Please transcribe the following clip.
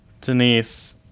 Denise